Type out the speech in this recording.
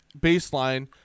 baseline